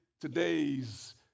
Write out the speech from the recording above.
today's